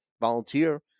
volunteer